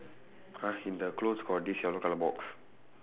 !huh! in the clothes got this yellow colour box